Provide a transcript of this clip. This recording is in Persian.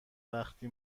وقتی